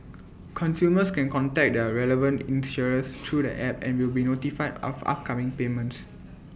consumers can contact their relevant insurers through the app and will be notified of upcoming payments